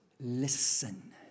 Listen